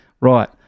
Right